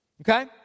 Okay